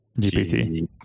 GPT